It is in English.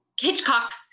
Hitchcock's